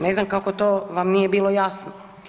Ne znam kako to vam nije bilo jasno.